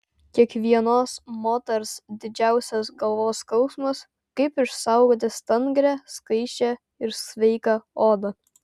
kiekvienos moters didžiausias galvos skausmas kaip išsaugoti stangrią skaisčią ir sveiką odą